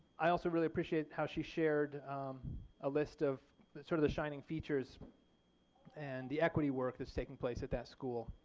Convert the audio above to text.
i also really appreciate how she shared a list of sort of the shining features and the equity work that's taking place at that school.